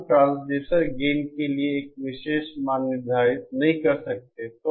हम transducer gain के लिए एक विशेष मान निर्धारित नहीं कर सकते हैं